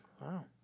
Wow